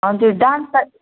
हजुर दाम त